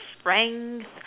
strength